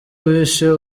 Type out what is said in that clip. wishe